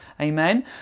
Amen